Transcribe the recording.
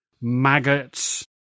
maggots